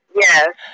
Yes